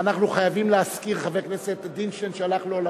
אנחנו חייבים להזכיר את חבר כנסת דינשטיין שהלך לעולמו.